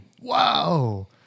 Wow